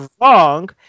wrong